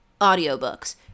audiobooks